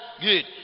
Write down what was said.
Good